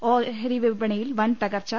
ഓഹരിവിപണിയിൽ വൻതകർച്ചു